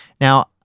Now